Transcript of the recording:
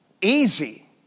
easy